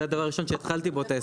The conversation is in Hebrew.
זה הדבר הראשון שהתחלתי בו את ההסבר.